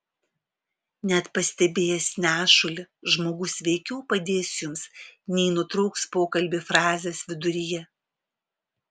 net pastebėjęs nešulį žmogus veikiau padės jums nei nutrauks pokalbį frazės viduryje